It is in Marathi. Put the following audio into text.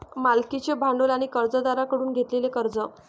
मालकीचे भांडवल आणि कर्जदारांकडून घेतलेले कर्ज